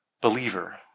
believer